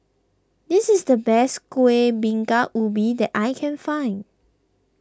this is the best Kuih Bingka Ubi that I can find